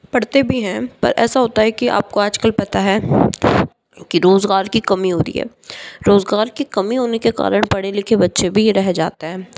पढ़ते भी है पर ऐसा होता है कि आप को आजकल पता की रोजगार की कमी हो रही है रोजगार की कमी होने के कारण पढ़े लिखे बच्चे भी रह जाते हैं